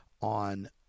on